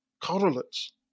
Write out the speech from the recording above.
correlates